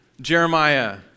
Jeremiah